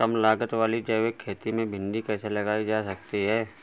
कम लागत वाली जैविक खेती में भिंडी कैसे लगाई जा सकती है?